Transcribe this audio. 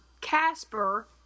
Casper